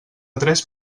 tres